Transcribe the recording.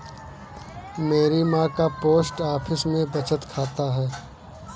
मेरी मां का पोस्ट ऑफिस में बचत खाता है